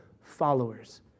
followers